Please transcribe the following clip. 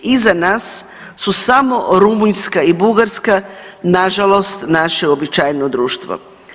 Iza nas su samo Rumunjska i Bugarska, nažalost naše uobičajeno društvo.